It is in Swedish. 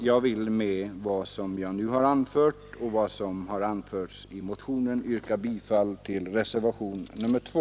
Jag vill med vad jag nu har anfört och vad som anförts i motionen yrka bifall till reservationen 2.